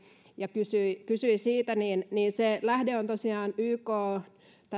ja hän kysyi siitä se lähde on tosiaan